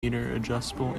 adjustable